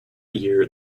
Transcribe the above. year